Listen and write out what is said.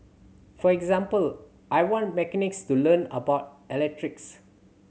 for example I want mechanics to learn about electrics